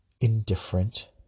indifferent